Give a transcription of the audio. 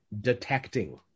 detecting